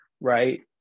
right